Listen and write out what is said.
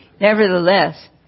nevertheless